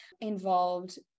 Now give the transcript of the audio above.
involved